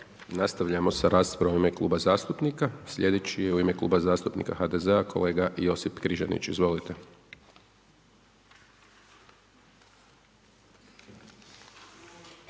Nastavljamo sa raspravom u ime kluba zastupnika. Slijedeći u ime Kluba zastupnika SDP-a, kolega Alen Prelec. Izvolite.